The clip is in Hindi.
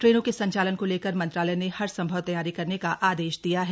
ट्रेनों के संचालन को लेकर मंत्रालय ने हर संभव तैयारी करने का ओदश दिया है